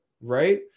right